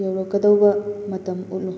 ꯌꯧꯔꯛꯀꯗꯧꯕ ꯃꯇꯝ ꯎꯠꯂꯨ